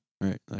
Right